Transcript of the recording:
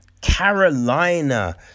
Carolina